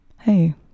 hey